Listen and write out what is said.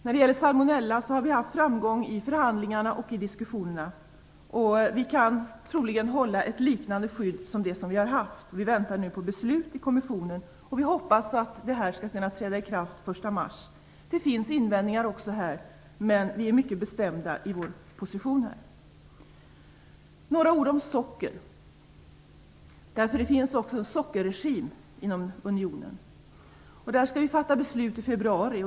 När det gäller salmonella har vi haft framgång i förhandlingarna och i diskussionerna. Vi kan troligen behålla ett liknande skydd som det vi har haft. Vi väntar nu på beslut i kommissionen och hoppas att det skall kunna träda i kraft den 1 mars. Det finns invändningar också här, men vi är mycket bestämda i vår position. Några ord om socker, för det finns också en sockerregim inom unionen. Där skall vi fatta beslut i februari.